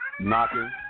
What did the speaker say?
Knocking